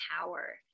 power